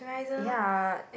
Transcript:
ya